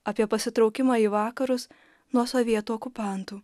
apie pasitraukimą į vakarus nuo sovietų okupantų